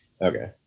Okay